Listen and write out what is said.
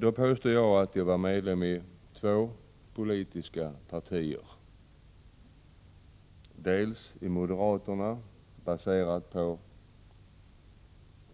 Då påstod jag att jag var medlem i två politiska partier, dels i moderata samlingspartiet baserat på